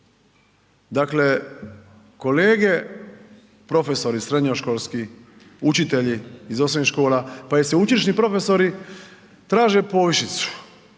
Dakle, kolege profesori srednjoškolski, učitelji iz osnovnih škola pa i sveučilišni profesori traže povišicu.